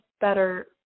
better